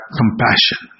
compassion